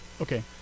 okay